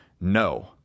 no